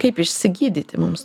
kaip išsigydyti mums